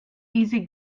easy